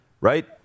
right